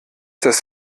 das